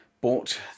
bought